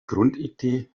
grundidee